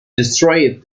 destroyed